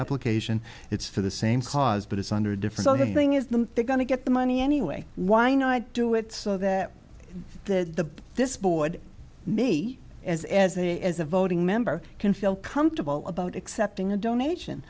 application it's for the same cause but it's under different thing is the they're going to get the money anyway why not do it so that the this bored me as a as a as a voting member can feel comfortable about accepting a donation